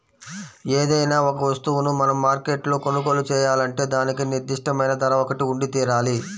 ఏదైనా ఒక వస్తువును మనం మార్కెట్లో కొనుగోలు చేయాలంటే దానికి నిర్దిష్టమైన ధర ఒకటి ఉండితీరాలి